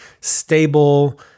stable